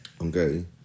Okay